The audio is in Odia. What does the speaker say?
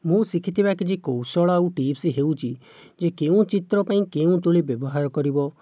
ମୁଁ ଶିଖିଥିବା କିଛି କୌଶଳ ଆଉ ଟିପ୍ସ ହେଉଛି ଯେ କେଉଁ ଚିତ୍ର ପାଇଁ କେଉଁ ତୂଳୀ ବ୍ୟବହାର କରିବ